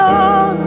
on